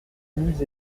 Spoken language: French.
nous